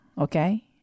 okay